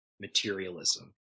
Materialism